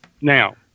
Now